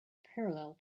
parallel